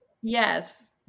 Yes